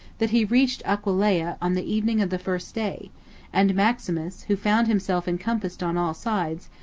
that he reached aquileia on the evening of the first day and maximus, who found himself encompassed on all sides,